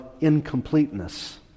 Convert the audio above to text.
incompleteness